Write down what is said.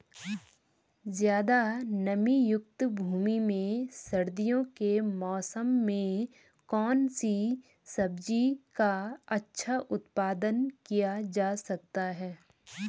ज़्यादा नमीयुक्त भूमि में सर्दियों के मौसम में कौन सी सब्जी का अच्छा उत्पादन किया जा सकता है?